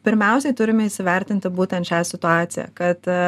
pirmiausiai turime įsivertinti būtent šią situaciją kad